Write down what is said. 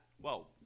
Whoa